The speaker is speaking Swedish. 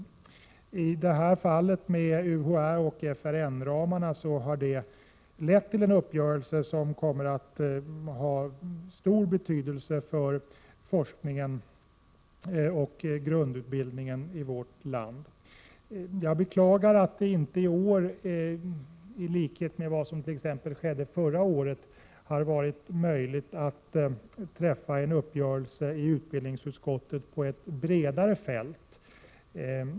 I det här fallet med UHÄ och FRN-ramarna har det blivit en uppgörelse som kommer att ha stor betydelse för forskningen och grundutbildningen i vårt land. Jag beklagar att det inte i år, i likhet med vad som t.ex. skedde förra året, har varit möjligt att i utbildningsutskottet träffa en uppgörelse över ett bredare fält.